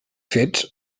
fets